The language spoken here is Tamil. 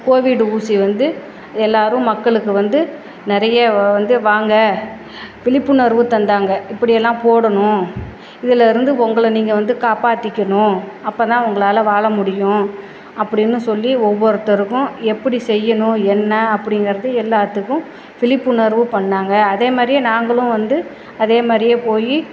கோவிட் ஊசி வந்து எல்லோரும் மக்களுக்கு வந்து நிறைய வந்து வாங்க விழிப்புணர்வு தந்தாங்க இப்படியெல்லாம் போடணும் இதுலெருந்து உங்கள நீங்கள் வந்து காப்பாற்றிக்கணும் அப்போதான் உங்களால் வாழ முடியும் அப்படின்னு சொல்லி ஒவ்வொருத்தருக்கும் எப்படி செய்யணும் என்ன அப்படிங்கறது எல்லாத்துக்கும் விழிப்புணர்வு பண்ணாங்க அதேமாதிரியே நாங்களும் வந்து அதேமாதிரியே போய்